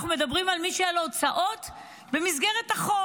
אנחנו מדברים על מי שהיו לו הוצאות במסגרת החוק.